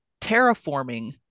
terraforming